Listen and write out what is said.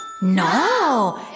No